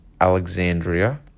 Alexandria